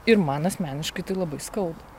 ir man asmeniškai tai labai skauda